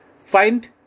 find